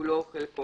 כולו או חלקו,